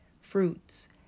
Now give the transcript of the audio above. Fruits